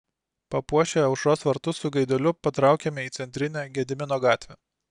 papuošę aušros vartus su gaideliu patraukėme į centrinę gedimino gatvę